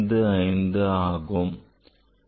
55 ஆகும்